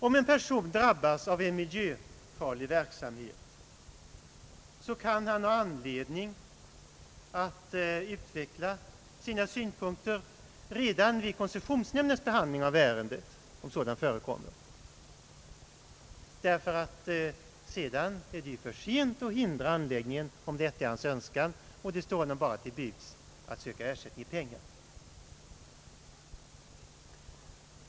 Om en person drabbas av en miljöfarlig verksamhet, kan han ha anledning att utveckla sina synpunkter redan vid koncessionsnämndens behandling av ärendet, om sådan förekommer, ty sedan är det för sent att hindra anläggningen, om detta är hans önskan. Det står honom då bara till buds att söka ersättning i pengar.